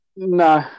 No